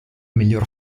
miglior